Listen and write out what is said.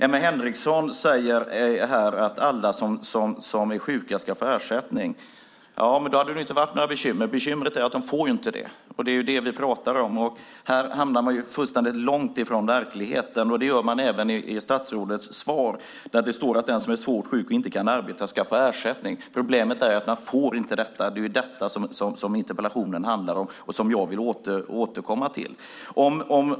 Emma Henriksson säger att alla som är sjuka ska få ersättning. Om det vore så hade det inte varit några bekymmer. Bekymret är att de inte får det. Det är det som vi pratar om. Här hamnar man långt från verkligheten. Det gör man även i statsrådets svar där det står att den som är svårt sjuk och inte kan arbeta ska få ersättning. Problemet är att de inte får det. Det är detta som interpellationen handlar om och som jag vill återkomma till.